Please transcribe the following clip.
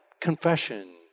confession